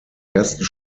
ersten